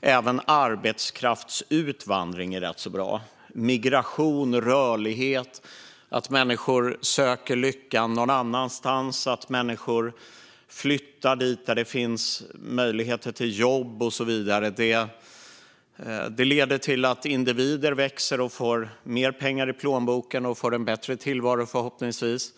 Även arbetskraftsutvandring är rätt så bra. Migration, rörlighet och att människor söker lyckan någonstans och flyttar dit där möjligheter till jobb och så vidare finns leder till att individer växer, får mer pengar i plånboken och får en bättre tillvaro, förhoppningsvis.